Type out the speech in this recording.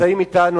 נמצאים אתנו,